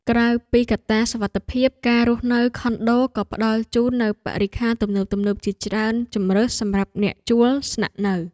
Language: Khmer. ក្រៅពីកត្តាសុវត្ថិភាព ការរស់នៅខុនដូក៏ផ្តល់ជូននូវបរិក្ខារទំនើបៗជាច្រើនជម្រើសសម្រាប់អ្នកជួលស្នាក់នៅ។